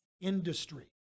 industry